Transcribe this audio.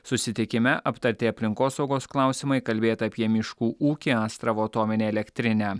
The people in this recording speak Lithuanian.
susitikime aptarti aplinkosaugos klausimai kalbėta apie miškų ūkį astravo atominę elektrinę